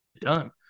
done